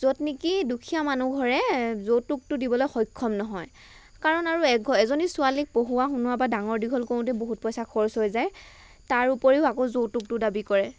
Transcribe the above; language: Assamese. য'ত নেকি দুখীয়া মানুহ ঘৰে যৌতুকটো দিবলৈ সক্ষম নহয় কাৰণ আৰু এজনী ছোৱালীক পঢ়োৱা শুনোৱাৰ পৰা ডাঙৰ দীঘল কৰোঁতেই বহুত পইচা খৰচ হৈ যায় তাৰোপৰিও আকৌ যৌতুকটো দাবী কৰে